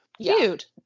Cute